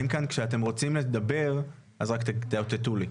כשאתם רוצים לדבר, תאותתו לי.